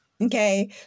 Okay